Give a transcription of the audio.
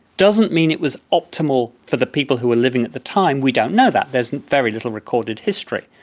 doesn't mean it was optimal for the people who were living at the time. we don't know that. there's very little recorded history.